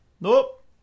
Nope